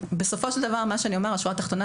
בסופו של דבר, מה שאני אומר, השורה התחתונה